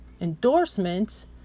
endorsement